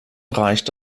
reicht